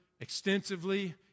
extensively